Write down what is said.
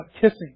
kissing